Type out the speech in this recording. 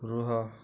ରୁହ